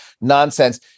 nonsense